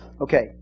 Okay